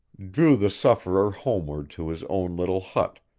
drew the sufferer homeward to his own little hut,